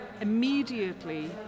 immediately